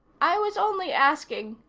i was only asking,